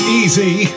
easy